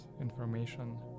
information